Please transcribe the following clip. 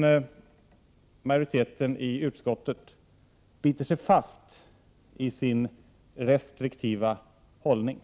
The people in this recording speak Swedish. Men majoriteten i utskottet biter sig fast i sin restriktiva hållning.